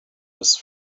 was